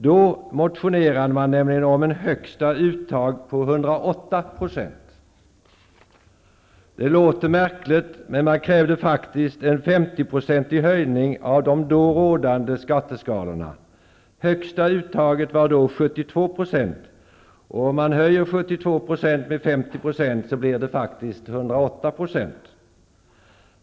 Då motionerade nämligen Vänsterpartiet om ett högsta uttag på 108 %. Det låter märkligt, men man krävde faktiskt en 50-procentig höjning av de då rådande skatteskalorna. Högsta uttaget var då 72 %. Och om man höjer uttaget på 72 % med 50 % blir det faktiskt 108 %.